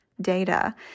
data